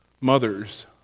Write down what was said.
mothers